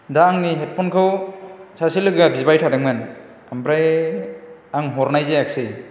दा आंनि हेदफनखौ सासे लोगोया बिबाय थादोंमोन ओमफ्राय आं हरनाय जायासै